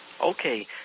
Okay